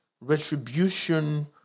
retribution